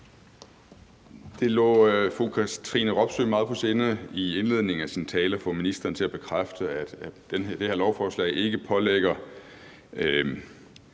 Det lå fru Katrine Robsøe meget på sinde i indledningen af sin tale at få ministeren til at bekræfte, at det her lovforslag ikke pålægger